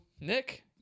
Nick